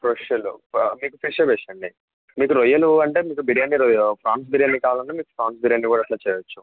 special మీకు ఫిషే best అండి మీకు రొయ్యలు అంటే మీకు బిర్యానీ రొయ్యలు ప్రాన్స్ బిర్యానీ కావాలంటే మీకు ఫ్రాన్స్ బిర్యానీ కూడా అలా చెయ్య వచ్చు